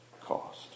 cost